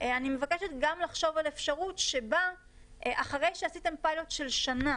אני מבקשת גם לחשוב על אפשרות שבה אחרי שעשיתם פיילוט של שנה